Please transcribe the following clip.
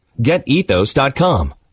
GetEthos.com